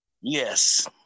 Yes